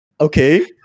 okay